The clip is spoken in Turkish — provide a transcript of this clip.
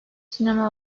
sinema